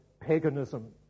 paganism